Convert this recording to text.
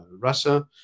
Russia